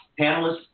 panelists